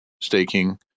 staking